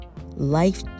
life